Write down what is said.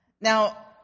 Now